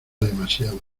demasiado